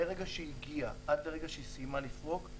מרגע שהיא הגיעה ועד שהיא סיימה לפרוק,